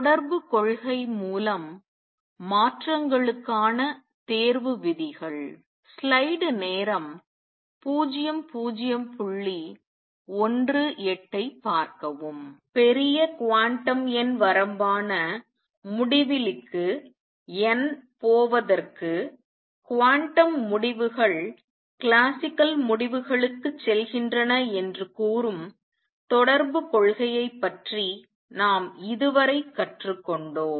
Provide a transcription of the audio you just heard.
தொடர்புகொள்கை மூலம் மாற்றங்களுக்கான தேர்வு விதிகள் பெரிய குவாண்டம் எண் வரம்பான முடிவிலிக்கு n போவதற்கு குவாண்டம் முடிவுகள் கிளாசிக்கல் முடிவுகளுக்குச் செல்கின்றன என்று கூறும் தொடர்புக் கொள்கையைப் பற்றி நாம் இதுவரை கற்றுக்கொண்டோம்